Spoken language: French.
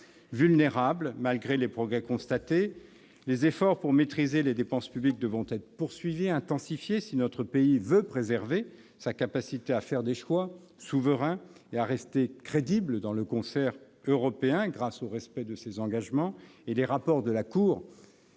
vulnérable, malgré les progrès constatés. Les efforts pour maîtriser les dépenses publiques devront être poursuivis et intensifiés si notre pays veut préserver sa capacité à faire des choix souverains et à rester crédible dans le concert européen grâce au respect de ses engagements. Les rapports de la Cour